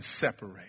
separate